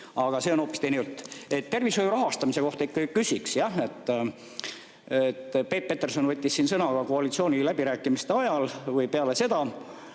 aga see on hoopis teine jutt. Tervishoiu rahastamise kohta küsiksin. Peep Peterson võttis sõna koalitsiooniläbirääkimiste ajal või peale seda